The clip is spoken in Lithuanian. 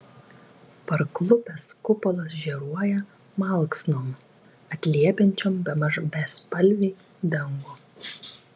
parklupęs kupolas žėruoja malksnom atliepiančiom bemaž bespalvį dangų